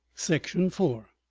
section four